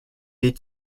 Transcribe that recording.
des